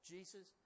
Jesus